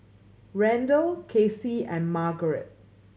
Randall Casey and Margaret